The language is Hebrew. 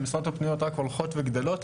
המשרות הפנויות רק הולכות וגדלות.